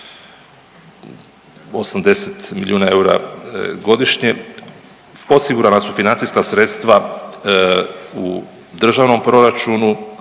80 milijuna eura godišnje. Osigurana su financijska sredstva u Državnom proračunu,